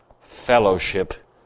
Fellowship